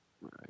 right